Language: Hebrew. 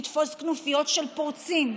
לתפוס כנופיות של פורצים,